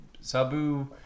Sabu